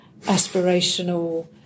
aspirational